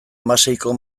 hamaseiko